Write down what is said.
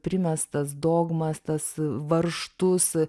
primestas dogmas tas varžtus